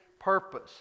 purpose